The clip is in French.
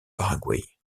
paraguay